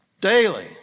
Daily